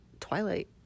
Twilight